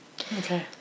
Okay